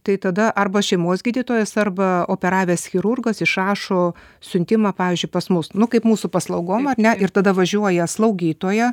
tai tada arba šeimos gydytojas arba operavęs chirurgas išrašo siuntimą pavyzdžiui pas mus nu kaip mūsų paslaugom ar ne ir tada važiuoja slaugytoja